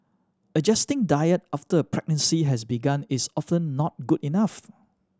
adjusting diet after a pregnancy has begun is often not good enough